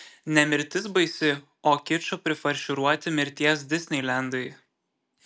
ne mirtis baisi o kičo prifarširuoti mirties disneilendai